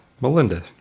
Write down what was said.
Melinda